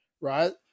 right